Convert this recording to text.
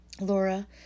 Laura